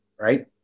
Right